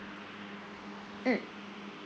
mm